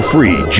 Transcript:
Free